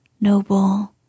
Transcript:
noble